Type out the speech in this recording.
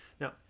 Now